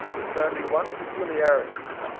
with only one peculiarity.